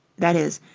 that is,